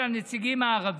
הנציגים הערבים: